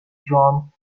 drawn